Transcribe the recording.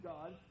God